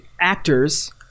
actors